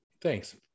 Thanks